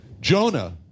Jonah